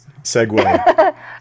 segue